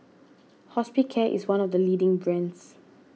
Hospicare is one of the leading brands